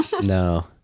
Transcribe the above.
no